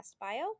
bio